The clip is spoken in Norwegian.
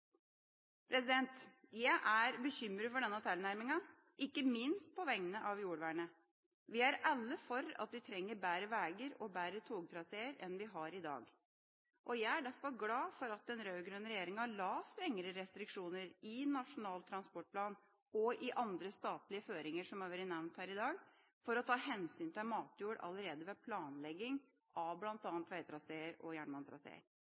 Jeg er bekymret for denne tilnærminga, ikke minst på vegne av jordvernet. Vi er alle for at vi trenger bedre veier og bedre togtraseer enn vi har i dag. Jeg er derfor glad for at den rød-grønne regjeringa la strengere restriksjoner i Nasjonal transportplan og i andre statlige føringer som har vært nevnt her i dag, for å ta hensyn til matjord allerede ved planlegging av bl.a. veitraseer og